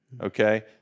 Okay